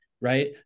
right